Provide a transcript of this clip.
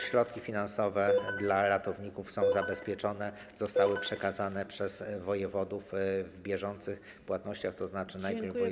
Środki finansowe dla ratowników są zabezpieczone, zostały przekazane przez wojewodów w bieżących płatnościach, tzn. najpierw wojewodowie.